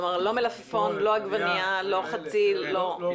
לא עגבנייה לא מלפפון.